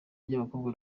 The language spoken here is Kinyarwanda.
ry’abakobwa